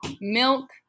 milk